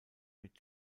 mit